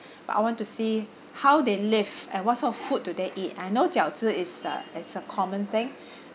but I want to see how they live and what sort of food do they eat I know 饺子 is a is a common thing